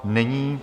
Není.